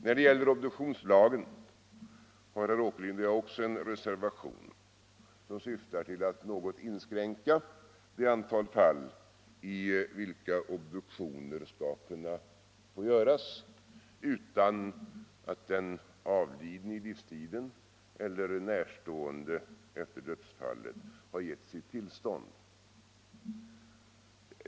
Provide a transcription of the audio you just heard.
När det gäller obduktionslagen har herr Åkerlind och jag också en reservation som syftar till att något inskränka det antal fall i vilka obduktioner skall kunna få göras utan att den avlidne i livstiden eller närstående efter dödsfallet har gett sitt tillstånd.